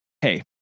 Hey